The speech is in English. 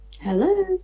Hello